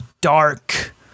dark